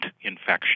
infection